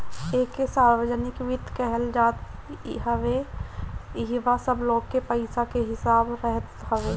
एके सार्वजनिक वित्त कहल जात हवे इहवा सब लोग के पईसा के हिसाब रहत हवे